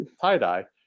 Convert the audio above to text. tie-dye